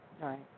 right